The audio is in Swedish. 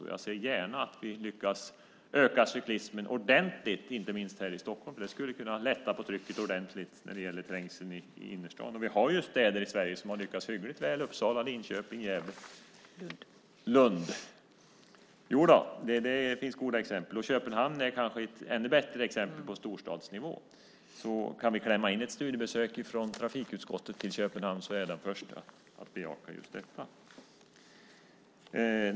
Jag ser gärna att vi lyckas öka cyklismen ordentligt, inte minst här i Stockholm. Det skulle kunna lätta på trycket ordentligt när det gäller trängseln i innerstaden. Det finns städer i Sverige som har lyckats hyggligt väl - Uppsala, Linköping, Gävle, Lund. Det finns goda exempel. Köpenhamn är kanske ett ännu bättre exempel på storstadsnivå. Kan vi klämma in ett studiebesök från trafikutskottet till Köpenhamn är jag den första att bejaka just detta.